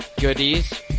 goodies